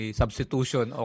substitution